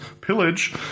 pillage